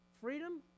freedom